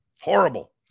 Horrible